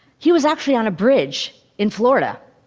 he was actually on a bridge, in florida.